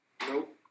Nope